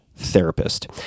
therapist